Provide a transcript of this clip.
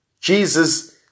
Jesus